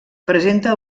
presenta